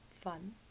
fun